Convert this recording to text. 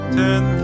ten